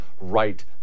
right